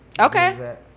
Okay